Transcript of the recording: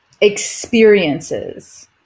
experiences